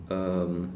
um